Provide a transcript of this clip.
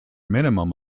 minimum